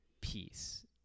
peace